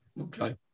Okay